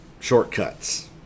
shortcuts